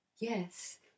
yes